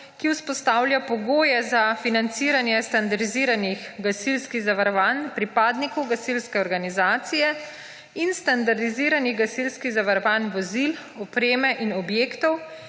ki vzpostavlja pogoje za financiranje standardiziranih gasilskih zavarovanj pripadnikov gasilske organizacije in standardiziranih gasilskih zavarovanj vozil, opreme in objektov,